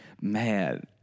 Man